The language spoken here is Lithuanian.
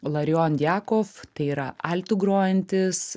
larijon diakov tai yra altu grojantis